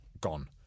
Gone